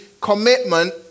commitment